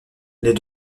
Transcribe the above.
l’est